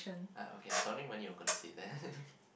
ah okay i was wondering when you were gonna say that